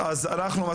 שלום לכולם,